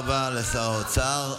תודה רבה לשר האוצר.